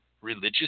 religious